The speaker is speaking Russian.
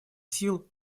сил